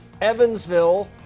Evansville